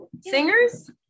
Singers